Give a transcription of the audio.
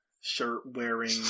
shirt-wearing